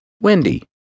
Wendy